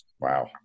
Wow